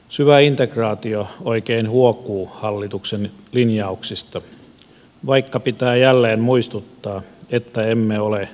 syvä integraatio oikein huokuu hallituksen lin jauksista vaikka pitää jälleen muistuttaa että emme ole liittovaltio